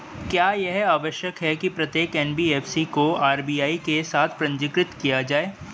क्या यह आवश्यक है कि प्रत्येक एन.बी.एफ.सी को आर.बी.आई के साथ पंजीकृत किया जाए?